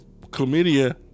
chlamydia